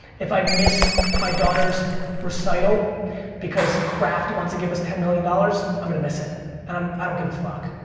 if i miss my daughter's recital because kraft wants to give us ten million dollars, i'm gonna miss it, and um i don't give a fuck.